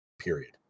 period